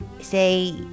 say